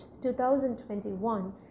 2021